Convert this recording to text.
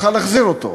להחזיר אותה.